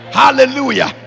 hallelujah